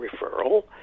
referral